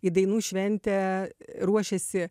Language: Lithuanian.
į dainų šventę ruošiasi